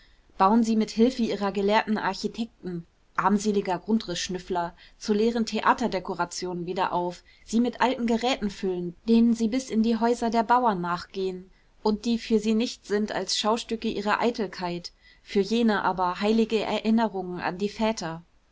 bauen sie mit hilfe ihrer gelehrten architekten armseliger grundrißschnüffler zu leeren theaterdekorationen wieder auf sie mit alten geräten füllend denen sie bis in die häuser der bauern nachgehen und die für sie nichts sind als schaustücke ihrer eitelkeit für jene aber heilige erinnerungen an die väter